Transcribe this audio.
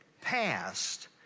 passed